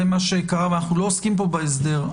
מה שקרה - ואנחנו לא עוסקים פה בהסדר.